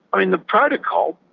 and the protocol,